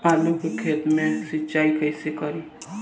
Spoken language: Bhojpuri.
आलू के खेत मे सिचाई कइसे करीं?